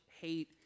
hate